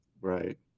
Right